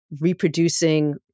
reproducing